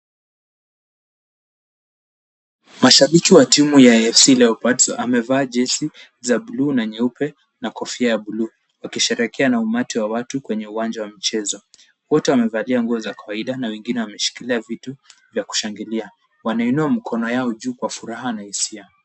Mashabiki wa timu ya AFC Leopard. Wamevaa jezi za bluu na nyeupe na kofia ya blu wakisherehekea na umati wa watu kwenye uwanja wa mpira. Wote wamevalia nguo za kawaida na wengine wameshiilia vitu vya kushangilia. Wanainua mkono yao juu kwa furaha na hisia.